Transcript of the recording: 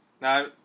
Now